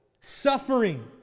Suffering